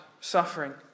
suffering